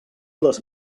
les